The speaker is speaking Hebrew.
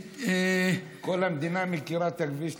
כל המדינה מכירה את הכביש לטייבה.